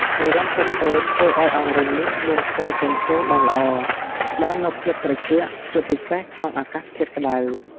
ហើយ រន្ធតូចៗ ធ្វើឲ្យអង្រឹងនេះមានខ្យល់ចេញចូលបានល្អ ផ្ដល់នូវភាពត្រជាក់ ជាពិសេសក្នុងអាកាសធាតុក្ដៅ។